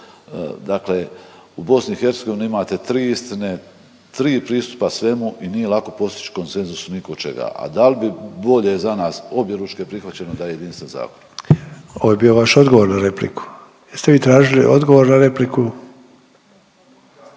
dakle u BiH imate 3 istine, 3 pristupa svemu i nije lako postići konsenzus ni oko čega, a da li bolje za nas objeručke prihvaćeno da je jedinica zakon. **Sanader, Ante (HDZ)** Ovo je bio vaš odgovor na repliku? Jeste vi tražili odgovor na repliku?